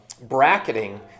bracketing